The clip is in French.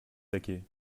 taquet